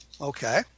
Okay